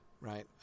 right